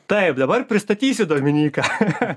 taip dabar pristatysiu dominyką